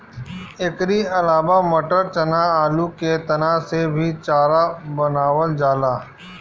एकरी अलावा मटर, चना, आलू के तना से भी चारा बनावल जाला